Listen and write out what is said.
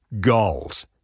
gold